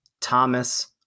Thomas